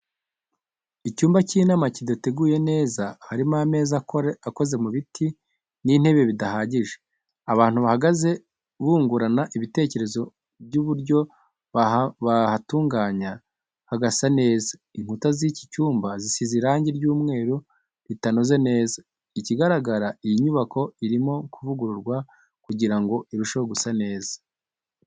Icyumba cy'imana kidateguye neza, harimo ameza akoze mu biti n'intebe bidahagije. Abantu bahagaze bungurana ibitekerezo by'uburyo bahatunganya hagasa neza. Inkuta z'iki cyumba zisize irangi ry'umweru ritanoze neza, ikigaragara iyi nyubako irimo kuvugururwa kugira ngo irusheho gusa neza.